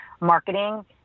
marketing